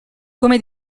come